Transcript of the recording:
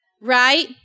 Right